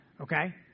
okay